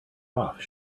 off